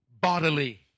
bodily